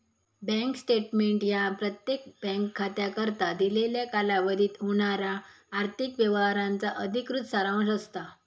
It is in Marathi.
बँक स्टेटमेंट ह्या प्रत्येक बँक खात्याकरता दिलेल्या कालावधीत होणारा आर्थिक व्यवहारांचा अधिकृत सारांश असता